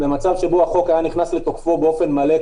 במצב שבו החוק היה נכנס לתוקפו באופן מלא,